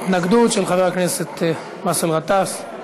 התנגדות של חבר הכנסת באסל גטאס.